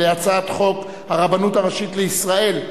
עם הצעת חוק הרבנות הראשית לישראל,